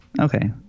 Okay